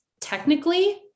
technically